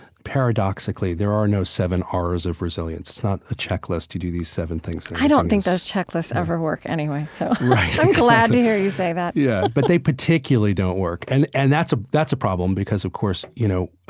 paradoxically there are no seven auras of resilience. it's not a checklist to do these seven things i don't think those checklists ever work anyway. so i'm glad to hear you say that yeah, but they particularly don't work. and and that's that's a problem, because of course, you know,